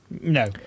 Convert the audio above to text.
No